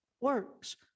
works